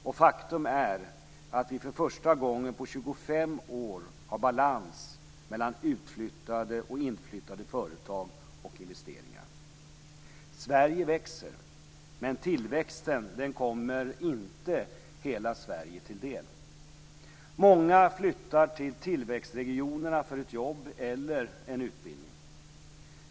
Och faktum är att vi för första gången på 25 år har balans mellan utflyttade och inflyttade företag och investeringar. Sverige växer. Men tillväxten kommer inte hela Sverige till del. Många flyttar till tillväxtregionerna för ett jobb eller för en utbildning.